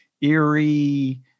eerie